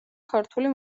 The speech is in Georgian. ქართული